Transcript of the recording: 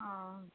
ও